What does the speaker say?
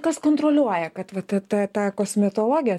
kas kontroliuoja kad va ta ta kosmetologė